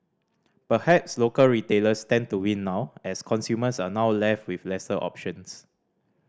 perhaps local retailers stand to win now as consumers are now left with lesser options